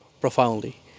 profoundly